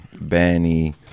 Benny